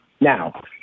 Now